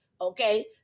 Okay